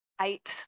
eight